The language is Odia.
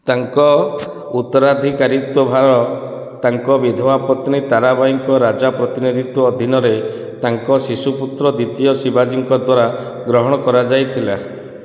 ତାଙ୍କ ଉତ୍ତରାଧିକାରୀତ୍ଵ ଭାର ତାଙ୍କ ବିଧବା ପତ୍ନୀ ତାରାବାଈଙ୍କ ରାଜପ୍ରତିନିଧିତ୍ୱ ଅଧୀନରେ ତାଙ୍କ ଶିଶୁ ପୁତ୍ର ଦ୍ୱିତୀୟ ଶିବାଜୀଙ୍କ ଦ୍ଵାରା ଗ୍ରହଣ କରାଯାଇଥିଲା